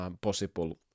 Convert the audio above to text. possible